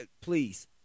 please